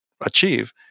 achieve